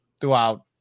throughout